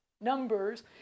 numbers